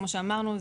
כמו שאמרנו,